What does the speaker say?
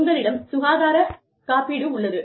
உங்களிடம் சுகாராத காப்பீடு உள்ளது